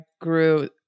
grew